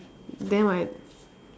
then what